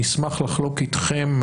אני אשמח לחלוק איתכם,